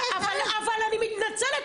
אבל אני מתנצלת,